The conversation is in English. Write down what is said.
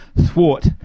thwart